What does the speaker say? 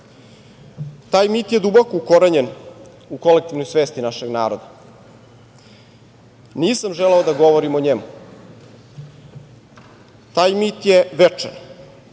Taj mit je duboko ukorenjen u kolektivnoj svesti našeg naroda. Nisam želeo da govorim o njemu. Taj mit je večan.